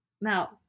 no